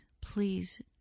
please